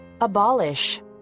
Abolish